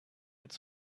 its